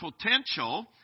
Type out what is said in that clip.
potential